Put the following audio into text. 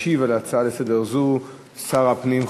ישיב על הצעה זו לסדר-היום שר הפנים,